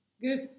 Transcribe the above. Good